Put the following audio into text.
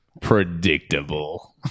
Predictable